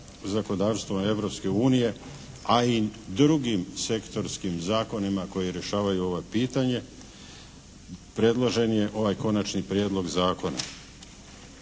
zakonodavstvom Europske unije a i drugim sektorskim zakonima koji rješavaju ovo pitanje predložen je ovaj konačni prijedlog zakona.